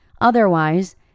Otherwise